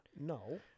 No